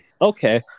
Okay